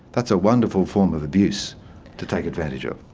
that's a wonderful form of abuse to take advantage of.